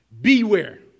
Beware